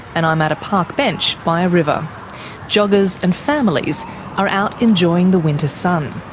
and i'm at a park bench by a river joggers and families are out enjoying the winter sun.